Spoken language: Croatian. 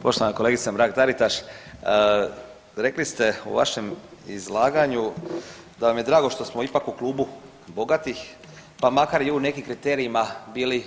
Poštovana kolegice Mrak Taritaš rekli ste u vašem izlaganju da vam je drago što smo ipak u klubu bogatih pa makar i u nekim kriterijima bili